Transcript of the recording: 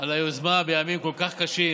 על היוזמה בימים כל כך קשים,